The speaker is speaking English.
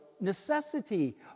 necessity